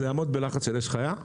זה יעמוד בלחץ של אש חיה?